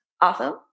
Awesome